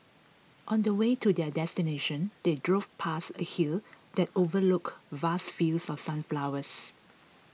on the way to their destination they drove past a hill that overlooked vast fields of sunflowers